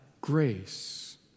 grace